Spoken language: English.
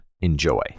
Enjoy